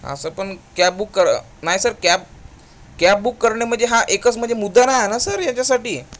हा सर पण cab book कर नाही सर कॅब कॅब बुक करणे म्हणजे हा एकच म्हणजे मुद्दा नाही आहे ना सर याच्यासाठी